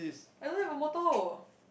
I don't have a motor